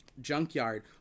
junkyard